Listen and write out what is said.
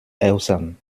äußern